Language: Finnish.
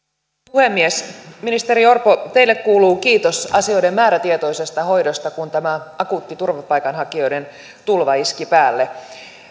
puhemies ministeri orpo teille kuuluu kiitos asioiden määrätietoisesta hoidosta kun tämä akuutti turvapaikanhakijoiden tulva iski päälle